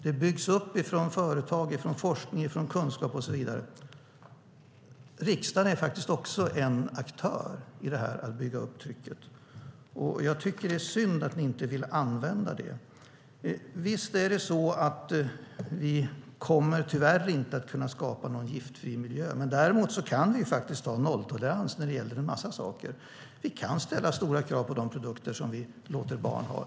Det byggs upp från företag, från forskning, från kunskap och så vidare. Riksdagen är också en aktör när det gäller att bygga upp trycket, och jag tycker att det är synd att ni inte vill använda det. Visst är det så att vi tyvärr inte kommer att kunna skapa någon giftfri miljö. Däremot kan vi ha nolltolerans när det gäller en massa saker. Vi kan ställa stora krav på de produkter som vi låter barn använda.